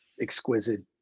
exquisite